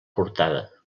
portada